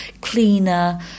cleaner